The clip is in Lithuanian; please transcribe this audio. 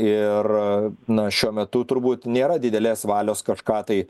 ir na šiuo metu turbūt nėra didelės valios kažką tai